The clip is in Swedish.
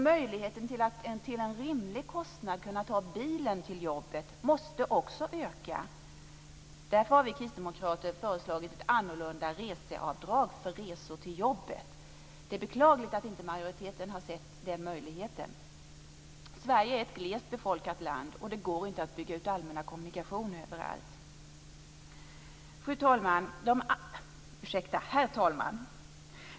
Möjligheterna att till en rimlig kostnad ta bilen till jobbet måste också öka. Därför har vi kristdemokrater föreslagit ett annorlunda avdrag för resor till jobbet. Det är beklagligt att majoriteten inte har sett den möjligheten. Sverige är ett glest befolkat land. Det går inte att bygga ut allmänna kommunikationer överallt. Herr talman!